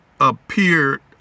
appeared